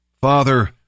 Father